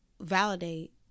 validate